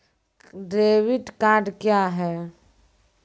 Debit card क्या हैं?